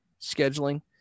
scheduling